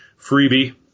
freebie